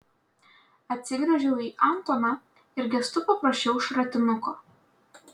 atsigręžiau į antoną ir gestu paprašiau šratinuko